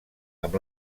amb